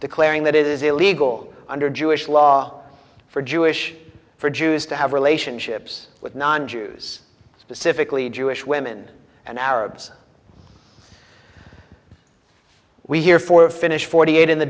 declaring that it is illegal under jewish law for jewish for jews to have relationships with non jews specifically jewish women and arabs we hear for finnish forty eight in the